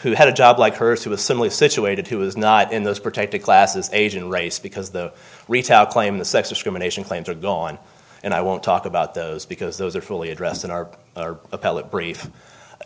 who had a job like her through a similar situated who was not in those protected classes asian race because the retail claim the sex discrimination claims are gone and i won't talk about those because those are fully addressed in our appellate brief